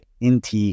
INT